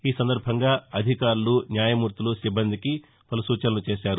ఈ సందర్బంగా అధికారులు న్యాయమూర్తులు సిబ్బందికి పలు సూచనలు చేశారు